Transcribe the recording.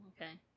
Okay